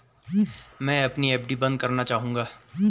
मैं अपनी एफ.डी बंद करना चाहूंगा